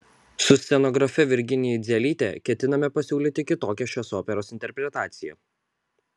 su scenografe virginija idzelyte ketiname pasiūlyti kitokią šios operos interpretaciją